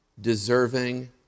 deserving